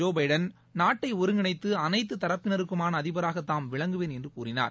Joe Biden நாட்டை ஒருங்கிணைத்து அனைத்து தரப்பினருக்குமான அதிபராக தாம் விளங்குவேன் என்று கூறினார்